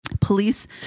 Police